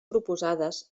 proposades